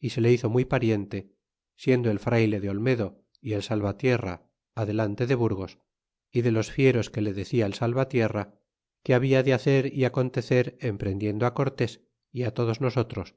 y se le hizo muy pariente siendo el frayle de olmedo y el salvatierra adelante de burgos y de los fieros que le decia el salvatierra que habla de hacer y acontecer en prendiendo á cortés y todos nosotros